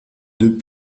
deux